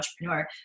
entrepreneur